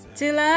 till